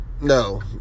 no